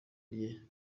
rye